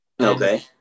Okay